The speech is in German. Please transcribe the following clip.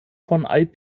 von